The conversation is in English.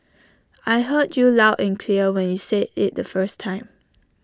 I heard you loud and clear when you said IT the first time